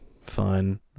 fun